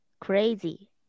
crazy